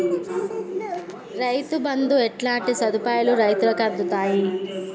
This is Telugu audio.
రైతు బంధుతో ఎట్లాంటి సదుపాయాలు రైతులకి అందుతయి?